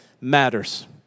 matters